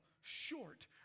short